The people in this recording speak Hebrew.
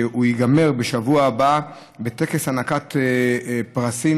והוא ייגמר בשבוע הבא בטקס הענקת פרסים